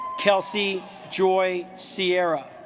kelsey joy sierra